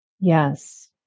Yes